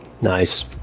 Nice